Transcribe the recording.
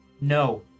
No